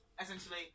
essentially